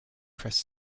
press